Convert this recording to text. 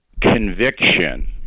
conviction